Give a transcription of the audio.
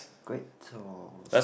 great so